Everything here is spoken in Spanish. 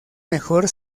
mejor